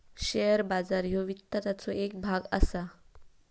share बाजार ह्यो वित्ताचो येक भाग असा